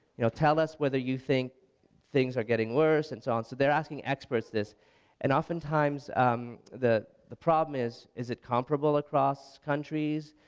you know tell us whether you think things are getting worse and so on, so they're asking experts this and often times um the the problem is, is it comprable across countries,